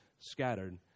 scattered